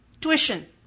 tuition